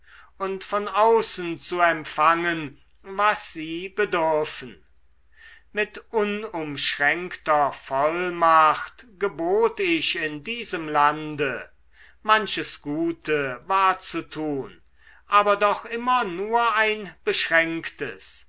und von außen zu empfangen was sie bedürfen mit unumschränkter vollmacht gebot ich in diesem lande manches gute war zu tun aber doch immer nur ein beschränktes